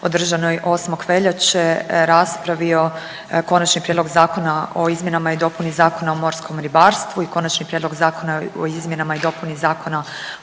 održanoj 8. veljače raspravio Konačni prijedlog zakona o izmjenama i dopuni Zakona o morskom ribarstvu i Konačni prijedlog zakona o izmjenama i dopuni Zakona